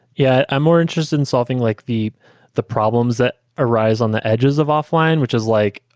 yeah. i'm more interested in solving like the the problems that arise on the edges of offline, which is like,